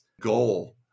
goal